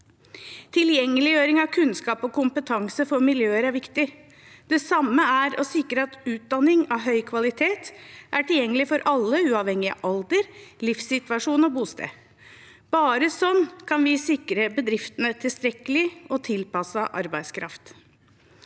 Tilgjengeliggjøring av kunnskap og kompetanse for miljøer er viktig. Det samme er å sikre at utdanning av høy kvalitet er tilgjengelig for alle uavhengig av alder, livssituasjon og bosted. Bare slik kan vi sikre bedriftene tilstrekkelig og tilpasset arbeidskraft.